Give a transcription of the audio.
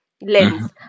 lens